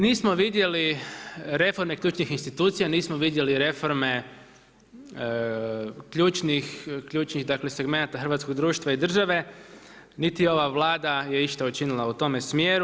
Nismo vidjeli reforme ključnih institucija, nismo vidjeli reforme ključnih dakle segmenata hrvatskog društva i države, niti ova Vlada je išta učinila u tome smjeru.